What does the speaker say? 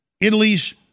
Italy's